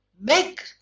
make